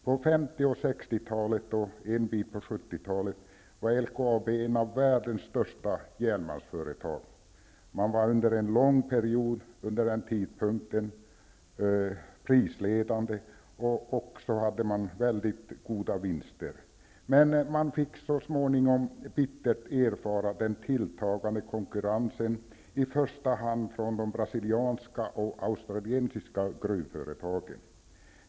På 50 och 60-talen och en bit in på 70-talet var Vid den tidpunkten var man under en lång period prisledande och man gjorde väldigt goda vinster. Men så småningom fick man bittert erfara den tilltagande konkurrensen, i första hand från de brasilianska och de australiska gruvföretagen.